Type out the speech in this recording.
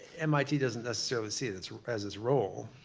mit doesn't necessarily see as its as its role,